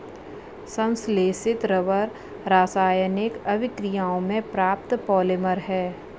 संश्लेषित रबर रासायनिक अभिक्रियाओं से प्राप्त पॉलिमर है